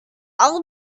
will